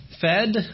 fed